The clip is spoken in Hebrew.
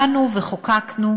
באנו וחוקקנו,